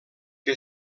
que